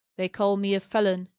they call me a felon,